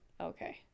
okay